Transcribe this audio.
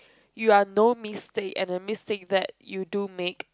you are no mistake and the mistake that you do make